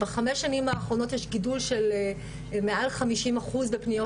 בחמש שנים האחרונות יש גידול של מעל 50 אחוז בפניות